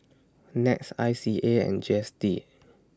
Nets I C A and G S T